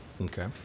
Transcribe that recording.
Okay